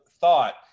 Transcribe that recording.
thought